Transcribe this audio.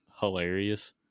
hilarious